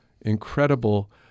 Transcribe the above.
incredible